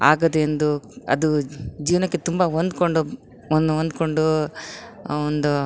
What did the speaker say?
ಆಗದು ಎಂದು ಅದು ಜೀವನಕ್ಕೆ ತುಂಬ ಹೊಂದ್ಕೊಂಡುವನ್ನು ಹೊಂದ್ಕೊಂಡು ಒಂದು